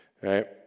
right